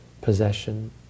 possession